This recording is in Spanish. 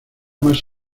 más